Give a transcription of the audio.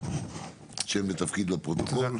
תודה,